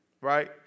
right